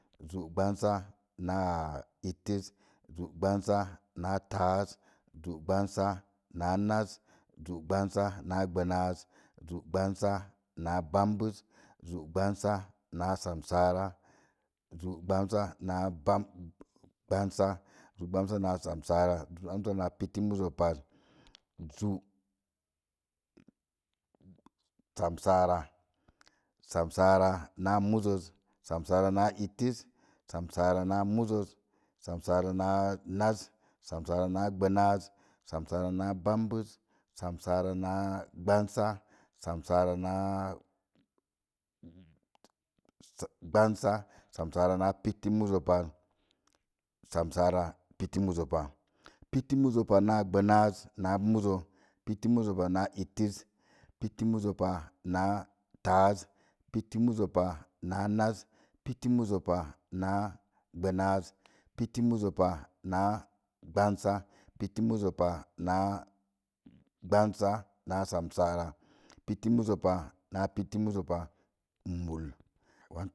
Zú gbansa naa ittisə, zú gbansa naa taaz, zú gbansa naa naz, zú gbansa naa gbanaz, zú gbansa naa bambuz, zú gbansa naa samsara, zú gbansa naa bam, zú gbansa naa samsaara, zú gbansa naa piti muzo, zú samsara, samsara naa muzo samsara na ittizə samsara na muzo, samsara, naa naz samsara na gbenaz, samsara na bambuz, samsara naa gbansa, samsara naa gbansa, samsara naa pitimuzo pa, pitimuzo pa naa muzo, pitimuzo pa naa ittisə, pitimuzo pa naa taaz, pitimuzo pa naa naz, pitimuzo pa naa gbanaz, pitimuzo pa naa gbansa, pitimuzo pa naa gbansa na samsara, pitimuzo pa naa piti muzo pa, mul.